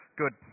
good